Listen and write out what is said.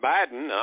Biden